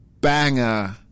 banger